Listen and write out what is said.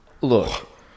Look